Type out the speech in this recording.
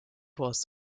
was